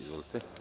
Izvolite.